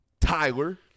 Tyler